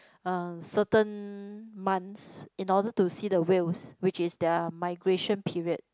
uh certain months in order to see the whales which is their migration period